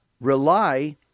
rely